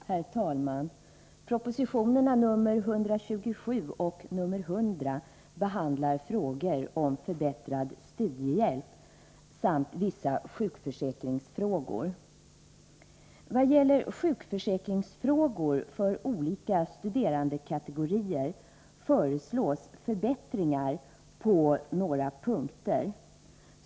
Herr talman! Propositionerna nr 127 och 100 behandlar frågor om förbättrad studiehjälp samt vissa sjukförsäkringsfrågor. Vad gäller sjukförsäkringsfrågor för olika studerandekategorier föreslås förbättringar på några punkter.